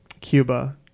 cuba